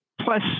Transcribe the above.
Plus